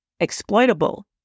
exploitable